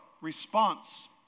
response